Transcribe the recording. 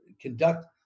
conduct